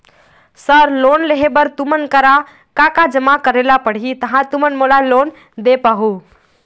Sir loan लेहे बर तुमन करा का का जमा करें ला पड़ही तहाँ तुमन मोला लोन दे पाहुं?